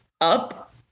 up